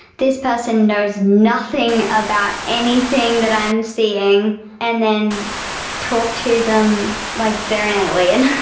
this person knows nothing about anything that i'm seeing and then talk to them like they're an alien.